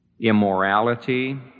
immorality